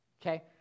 Okay